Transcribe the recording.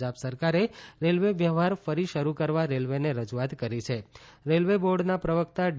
પંજાબ સરકારે રેલવે વ્યવહાર ફરી શરૂ કરવા રેલવેને રજૂઆત કરી હિં રેલવે બોર્ડના પ્રવકતા ડી